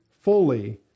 fully